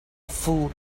fool